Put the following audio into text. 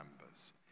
members